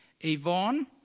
Yvonne